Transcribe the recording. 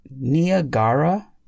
Niagara